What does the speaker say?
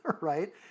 right